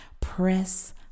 Press